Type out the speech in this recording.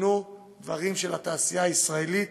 קנו דברים של התעשייה הישראלית.